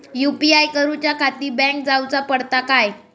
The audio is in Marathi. यू.पी.आय करूच्याखाती बँकेत जाऊचा पडता काय?